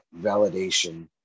validation